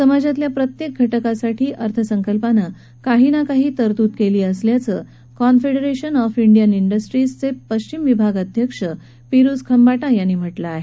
समाजातल्या प्रत्येक घटकासाठी अर्थसंकल्पानं काही ना काही तरतूद केली असल्याचं कॉनफेडरेशन ऑफ इंडियन इंडस्ट्रीजचे पश्चिम विभाग अध्यक्ष पिरुज खंबाटा यांनी म्हटलं आहे